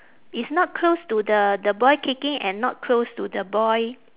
it's not close to the the boy kicking and not close to the boy